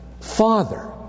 Father